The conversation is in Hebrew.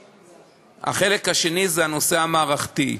החלק השני זה הנושא המערכתי.